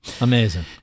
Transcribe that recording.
Amazing